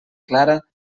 clara